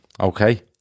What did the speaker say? okay